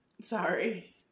Sorry